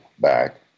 back